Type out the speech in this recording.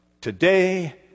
today